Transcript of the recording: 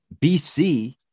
BC